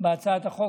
בהצעת החוק.